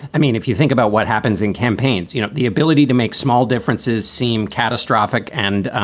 i mean, if you think about what happens in campaigns, you know, the ability to make small differences seem catastrophic and,